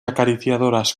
acariciadoras